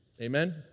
Amen